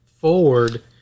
forward